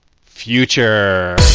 future